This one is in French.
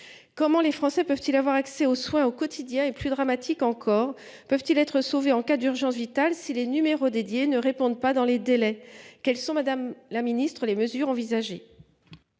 Comment les Français peuvent-ils avoir accès aux soins au quotidien et, plus dramatique encore, peuvent-ils être sauvés en cas d'urgence vitale si les numéros dédiés ne répondent pas dans les délais ? Madame la ministre, quelles sont les